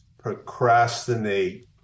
procrastinate